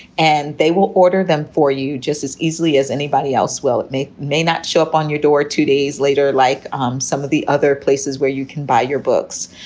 and they will order them for you just as easily as anybody else. well, it may may not show up on your door two days later like um some of the other places where you can buy your books.